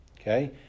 Okay